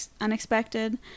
unexpected